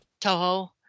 Toho